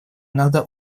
надо